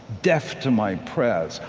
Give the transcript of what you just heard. deaf to my prayers,